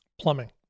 plumbing